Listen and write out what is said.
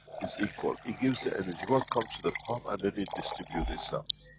it's equal, it gives the energy, what comes to the palm and then it distributes itself.